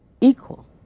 equal